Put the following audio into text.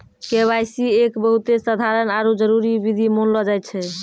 KYC एक बहुते साधारण आरु जरूरी विधि मानलो जाय छै